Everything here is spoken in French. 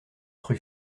rue